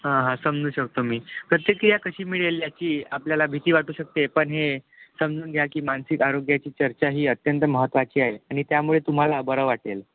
हां हां समजू शकतो मी प्रतिक्रिया कशी मिळेल याची आपल्याला भीती वाटू शकते पण हे समजून घ्या की मानसिक आरोग्याची चर्चा ही अत्यंत महत्त्वाची आहे आणि त्यामुळे तुम्हाला बरं वाटेल